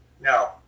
No